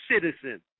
citizen